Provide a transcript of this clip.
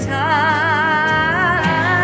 time